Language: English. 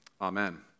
Amen